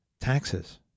taxes